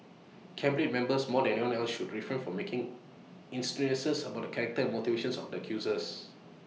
cabinet members more than anyone else should refrain from making insinuations about the character motivations of the accusers